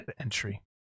Entry